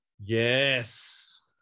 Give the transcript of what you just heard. yes